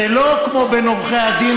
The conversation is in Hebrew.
זה לא כמו בין עורכי הדין,